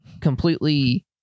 completely